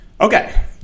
Okay